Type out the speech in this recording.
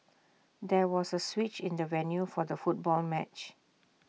there was A switch in the venue for the football match